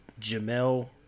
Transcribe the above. Jamel